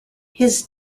his